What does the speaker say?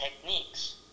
techniques